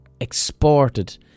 exported